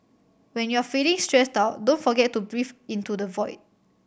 when you are feeling stressed out don't forget to breathe into the void